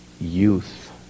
youth